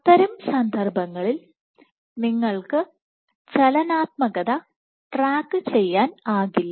അത്തരം സന്ദർഭങ്ങളിൽ നിങ്ങൾക്ക് ചലനാത്മകത ട്രാക്കു ചെയ്യാനാകില്ല